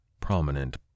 prominent